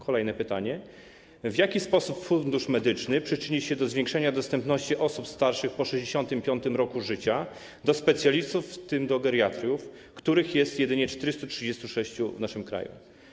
Kolejne pytanie: W jaki sposób Fundusz Medyczny przyczyni się do zwiększenia dostępu osób starszych po 65. roku życia do specjalistów, w tym do geriatrów, których jest jedynie 436 w naszym kraju?